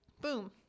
boom